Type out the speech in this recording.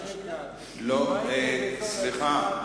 סליחה,